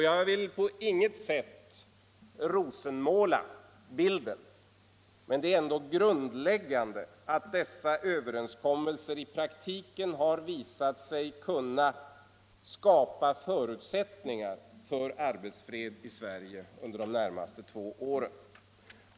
Jag vill på inget sätt rosenmåla bilden, men det är ändå grundläggande att dessa överenskommelser i praktiken har visat sig kunna skapa förutsättningar för arbetsfred i Sverige under de närmaste två åren.